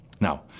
Now